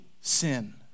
sin